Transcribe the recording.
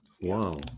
Wow